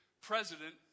President